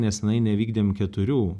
neseniai nevykdėm keturių